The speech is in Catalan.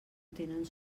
tenen